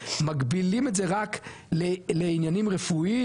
מגבילים את זה רק לעניינים רפואיים,